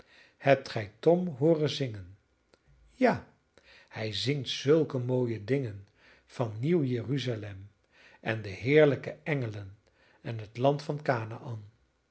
hebt gij tom hooren zingen ja hij zingt zulke mooie dingen van nieuw jeruzalem en de heerlijke engelen en het land van